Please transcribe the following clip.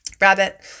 Rabbit